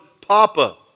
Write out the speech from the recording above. Papa